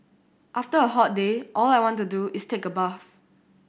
after a hot day all I want to do is take a bath